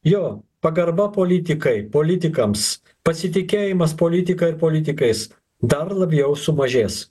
jo pagarba politikai politikams pasitikėjimas politika ir politikais dar labiau sumažės